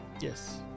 Yes